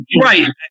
Right